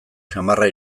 samarra